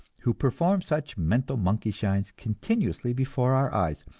who perform such mental monkey-shines continuously before our eyes.